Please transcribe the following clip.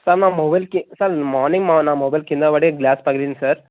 sir నా మొబైల్కి sir morning మా నా మొబైల్ కిందపడి గ్లాస్ పగిలింది సార్